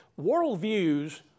worldviews